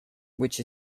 which